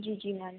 जी जी मैम